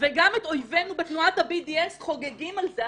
וגם את אויבינו בתנועת ה-BDS חוגגים על זה.